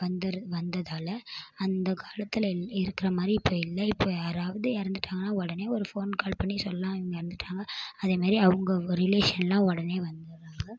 வந்துரு வந்ததால் அந்த காலத்தில் இருக்கிற மாதிரி இப்போ இல்லை இப்போ யாராவது இறந்துட்டாங்கனா உடனே ஒரு ஃபோன் கால் பண்ணி சொன்னா இவங்க இறந்துட்டாங்க அதேமாரி அவங்க ரிலேஷன்லாம் உடனே வந்துர்றாங்க